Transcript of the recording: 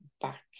back